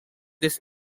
this